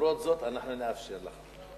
ולמרות זאת אנחנו נאפשר לך.